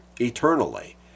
eternally